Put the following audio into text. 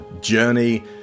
journey